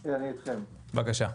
והביוב, בבקשה.